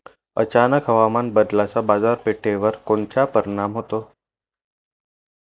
अचानक हवामान बदलाचा बाजारपेठेवर कोनचा परिणाम होतो?